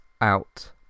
out